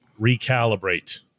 recalibrate